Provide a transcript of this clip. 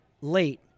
late